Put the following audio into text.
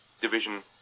division